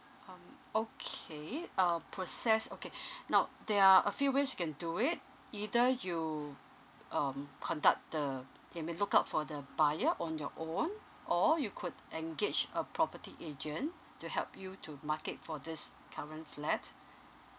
um okay uh process okay now there are a few ways you can do it either you um conduct the you may look out for the buyer on your own or you could engage a property agent to help you to market for this current flat